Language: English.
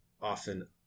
often